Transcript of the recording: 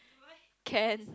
can